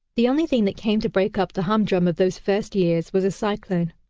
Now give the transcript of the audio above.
the only thing that came to break up the humdrum of those first years was a cyclone.